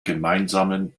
gemeinsamen